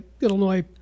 Illinois